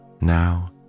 Now